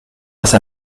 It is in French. face